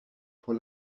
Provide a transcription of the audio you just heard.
por